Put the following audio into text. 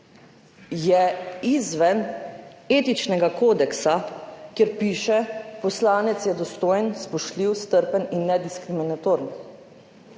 so izven Etičnega kodeksa, kjer piše: »Poslanec je dostojen, spoštljiv, strpen in nediskriminatoren.«